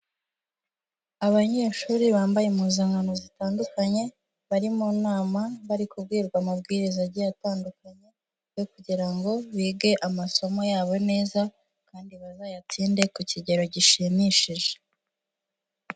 Abanyeshuri bambaye impuzankano zitandukanye, bari mu nama, bari kubwirwa amabwiriza agiye atandukanye yo kugira ngo bige amasomo yabo neza, kandi bazayatsinde ku kigero gishimishije.